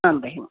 आं बहिनी